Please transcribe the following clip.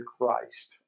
Christ